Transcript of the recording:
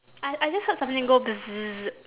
I I just heard something go